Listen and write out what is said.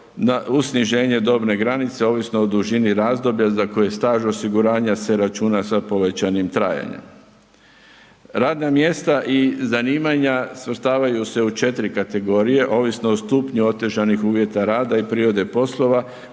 uz sniženje dobne granice ovisno o dužini razdoblja za koje staž osiguranja se računa sa povećanim trajanjem. Radna mjesta i zanimanja svrstavaju se u 4 kategorije ovisno o stupnju otežanih uvjeta rada i prirode poslova